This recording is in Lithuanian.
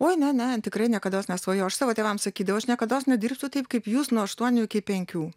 oi ne ne tikrai niekados nesvajojau aš savo tėvams sakydavau aš niekados nedirbsiu taip kaip jūs nuo aštuonių iki penkių